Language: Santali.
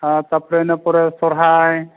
ᱟᱨ ᱛᱟᱨᱯᱚᱨᱮ ᱤᱱᱟᱹᱯᱚᱨᱮ ᱥᱚᱦᱚᱨᱟᱭ